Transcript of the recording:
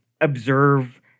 observe